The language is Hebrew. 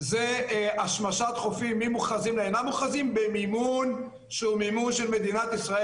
זה השמשת חופים שאינם מוכרזים לחופים מוכרזים במימון של מדינת ישראל.